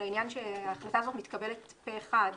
לעניין שההחלטה הזאת מתקבלת פה אחד,